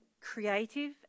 creative